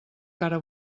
cara